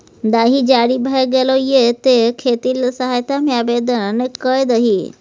दाही जारी भए गेलौ ये तें खेती लेल सहायता मे आवदेन कए दही